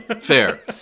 Fair